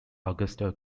augusta